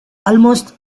almost